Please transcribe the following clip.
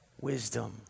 wisdom